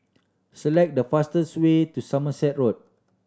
select the fastest way to Somerset Road